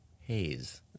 haze